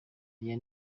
ayo